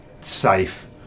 safe